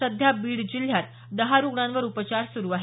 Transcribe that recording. सध्या बीड जिल्ह्यात दहा रुग्णांवर उपचार सुरु आहेत